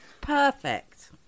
Perfect